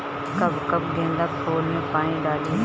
कब कब गेंदा फुल में पानी डाली?